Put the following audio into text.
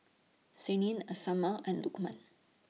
Senin Amsyar and Lukman